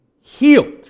Healed